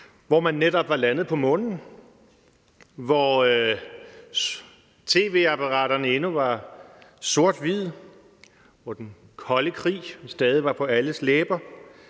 hvor man netop var landet på månen, hvor tv-apparaterne endnu var i sort-hvid, hvor den kolde krig stadig var på alles læber,